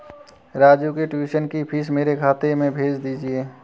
राजू के ट्यूशन की फीस मेरे खाते में भेज दीजिए